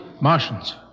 Martians